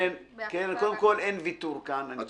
אין ויתור כאן.